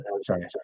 Sorry